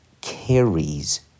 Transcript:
carries